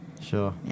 Sure